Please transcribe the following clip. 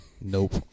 Nope